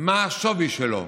מה השווי שלו?